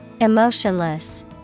Emotionless